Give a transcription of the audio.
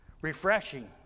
refreshing